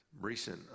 recent